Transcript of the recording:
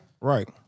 Right